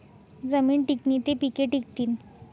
जमीन टिकनी ते पिके टिकथीन